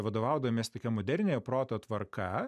vadovaudamies tokia moderniojo proto tvarka